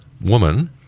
woman